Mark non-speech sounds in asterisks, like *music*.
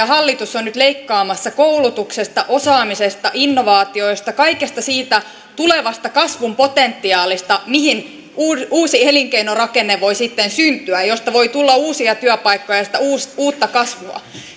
*unintelligible* hallitus on nyt leikkaamassa koulutuksesta osaamisesta innovaatioista kaikesta siitä tulevasta kasvun potentiaalista mihin uusi uusi elinkeinorakenne voi sitten syntyä mistä voi tulla uusia työpaikkoja ja sitä uutta uutta kasvua